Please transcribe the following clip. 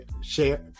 share